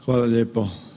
Hvala lijepo.